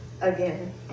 again